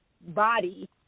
body